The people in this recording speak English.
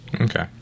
okay